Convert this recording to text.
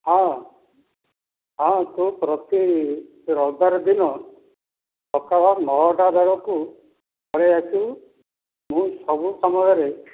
ହଁ ହଁ ତୁ ପ୍ରତି ରବିବାର ଦିନ ସକାଳ ନଅଟା ବେଳକୁ ପଳାଇ ଆସିବୁ ମୁଁ ସବୁ ସମୟରେ